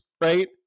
right